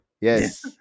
yes